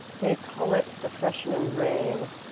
they call it the freshman rain.